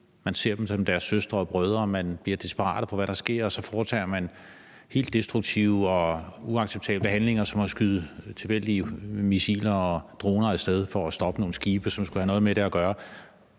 man ser dem som sine søstre og brødre, man bliver desperat, når man ser, hvad der sker, og så foretager man sig helt destruktive og uacceptable handlinger som at skyde tilfældige missiler og droner af sted for at stoppe nogle skibe, som skulle have noget med det at gøre.